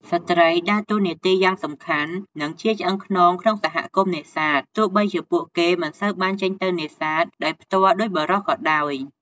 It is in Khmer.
ស្ត្រីដើរតួនាទីយ៉ាងសំខាន់ និងជាឆ្អឹងខ្នងក្នុងសហគមន៍នេសាទ ទោះបីជាពួកគេមិនសូវបានចេញទៅនេសាទដោយផ្ទាល់ដូចបុរសក៏ដោយ។